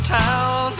town